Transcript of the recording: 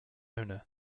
owner